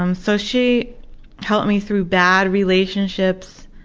um so she helped me through bad relationships,